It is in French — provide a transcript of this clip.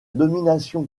domination